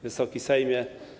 Wysoki Sejmie!